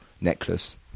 necklace